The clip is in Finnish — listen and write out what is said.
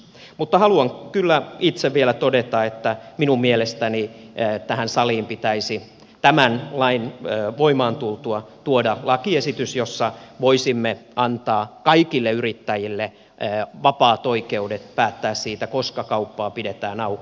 mutta haluan kyllä itse vielä todeta että minun mielestäni tähän saliin pitäisi tämän lain voimaan tultua tuoda lakiesitys jossa voisimme antaa kaikille yrittäjille vapaat oikeudet päättää siitä koska kauppaa pidetään auki